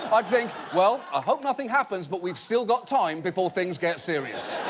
i'd think, well, i hope nothing happens, but we've still got time before things get serious.